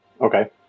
Okay